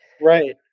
Right